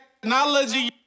technology